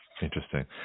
Interesting